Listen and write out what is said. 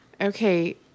Okay